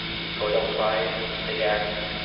the godel prize from sigact,